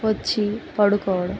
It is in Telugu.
వచ్చి పడుకోడు